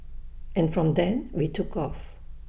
and from then we took off